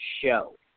show